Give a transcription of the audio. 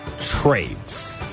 Trades